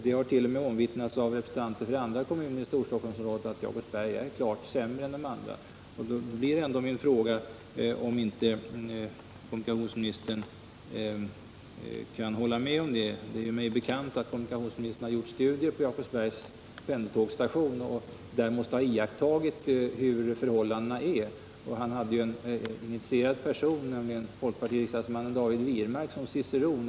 Det har t.o.m. omvittnats från ett antal andra kommuner i Storstockholmsområdet att Jakobsbergs station är klart sämre än de andra. Min fråga blir om inte kommunikationsministern kan hålla med om det. Det är mig bekant att kommunikationsministern har gjort studier på Jakobsbergs pendeltågsstation och där måste ha iakttagit hur förhållandena är. Han hade en initierad person, nämligen folkpartiriksdagsmannen David Wirmark, som ciceron.